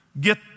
get